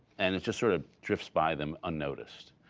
and it just sort of drifts by them unnoticed.